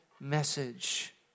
message